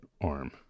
arm